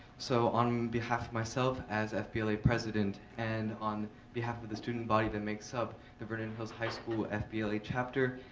so, on behalf of myself as fbla president and on behalf of the student body that makes up the vernon hills high school fbla chapter,